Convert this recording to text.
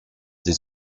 des